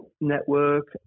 network